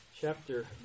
Chapter